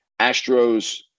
Astros